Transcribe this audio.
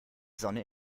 sonne